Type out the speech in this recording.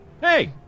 Hey